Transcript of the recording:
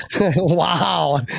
Wow